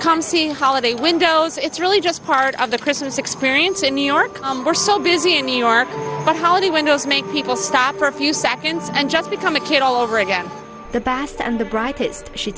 come see holiday windows it's really just part of the christmas experience in new york we're so busy in new york but how the windows make people stop for a few seconds and just become a kid all over again the bast and the brightest sh